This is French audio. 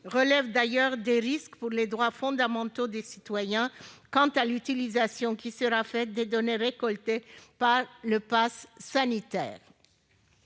relève d'ailleurs des risques pour les droits fondamentaux des citoyens quant à l'utilisation qui sera faite des données recueillies dans le cadre du pass sanitaire.